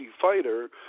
fighter